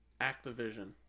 Activision